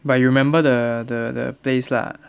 but you remember the the the place lah